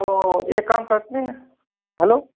तो एक काम करते हैं हलो